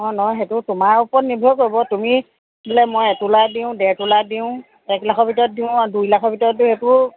অ নহয় সেইটো তোমাৰ ওপৰত নিৰ্ভৰ কৰিব তুমি বোলে মই এতোলা দিওঁ ডেৰ তোলা দিওঁ এক লাখৰ ভিতৰত দিওঁ দুই লাখৰ ভিতৰত দিওঁ এইটো